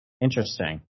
Interesting